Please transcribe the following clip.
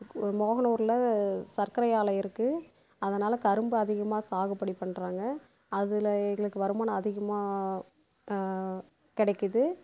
மோகனூரில் சர்க்கரை ஆலை இருக்குது அதனால கரும்பு அதிகமாக சாகுபடி பண்றாங்க அதில் எங்களுக்கு வருமானம் அதிகமாக கிடைக்குது